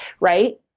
right